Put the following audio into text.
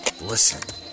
Listen